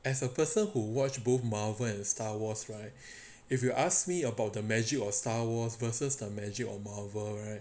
as a person who watch both marvel and star wars right if you ask me about the magic of star wars versus the magic of marvel right